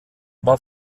war